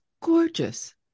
gorgeous